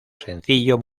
sencillo